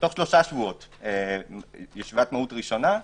תוך שלושה שבועות ישיבת מהו"ת ראשונה,